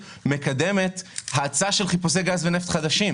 מקדמת האצה של חיפושי גז ונפט חדשים.